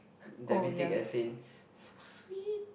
diabetic as in s~ sweet